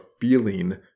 feeling